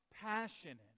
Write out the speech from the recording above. passionate